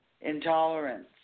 Intolerance